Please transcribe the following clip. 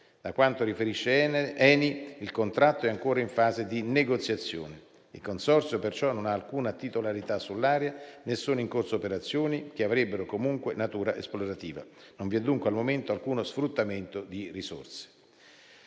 Da quanto riferisce ENI, il contratto è ancora in fase di negoziazione. Il consorzio perciò non ha alcuna titolarità sull'area né sono in corso operazioni che avrebbero comunque natura esplorativa. Non vi è dunque, al momento, alcuno sfruttamento di risorse.